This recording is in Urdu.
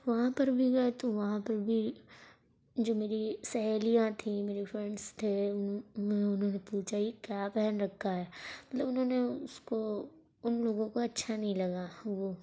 وہاں پر بھی گئے تو وہاں پر بھی جو میری سہیلیاں تھیں میرے فرینڈس تھے انہوں نے پوچھا یہ کیا پہن رکھا ہے مطلب انہوں نے اس کو ان لوگوں کو اچھا نہیں لگا وہ